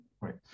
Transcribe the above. right